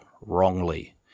wrongly